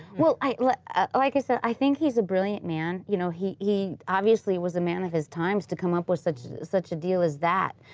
well, i like ah like i said, i think he's a brilliant man. you know he he obviously was a man of his times to come up with such such a deal as that,